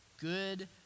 good